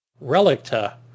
Relicta